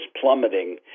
plummeting